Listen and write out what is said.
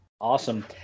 Awesome